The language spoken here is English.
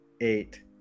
eight